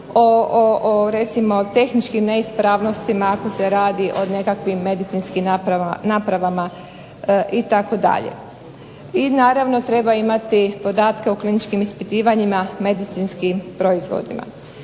o recimo tehničkim neispravnostima ako se radi o nekakvim medicinskim napravama itd. I naravno, treba imati podatke o kliničkim ispitivanjima, medicinskim proizvodima.